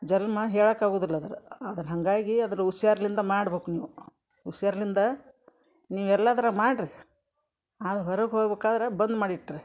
ಜನ್ಮ ಹೇಳಕ್ಕೆ ಆಗುದಿಲ್ಲ ಅದರ ಅದರ ಹಾಗಾಗಿ ಅದ್ರ ಹುಷಾರ್ಲಿಂದ ಮಾಡ್ಬೇಕು ನೀವು ಹುಷಾರ್ಲಿಂದ ನೀವು ಎಲ್ಲಾದರ ಮಾಡಿರಿ ಆದ್ರೆ ಹೊರಗೆ ಹೋಗ್ಬೇಕಾದ್ರೆ ಬಂದ್ ಮಾಡಿ ಇಟ್ಟಿರಿ